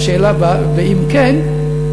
אם כן,